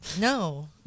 No